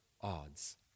odds